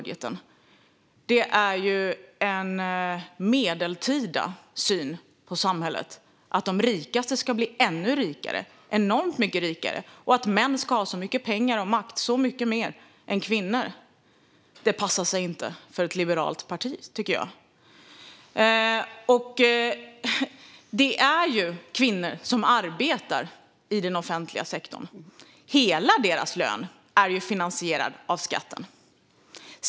Det är en medeltida syn på samhället att de rikaste ska bli ännu rikare, enormt mycket rikare, och att män ska ha mycket mer pengar och makt än kvinnor. Det passar sig inte för ett liberalt parti, tycker jag. Det är kvinnor som arbetar i den offentliga sektorn. Hela deras lön är finansierad av skatten.